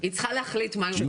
היא צריכה להחליט מה היא רוצה.